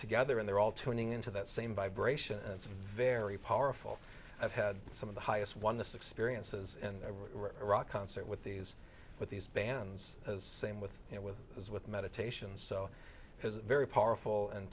together and they're all turning into that same vibration and it's a very powerful i've had some of the highest one this experiences in iraq concert with these with these bands as same with you know with as with meditation so it has a very powerful and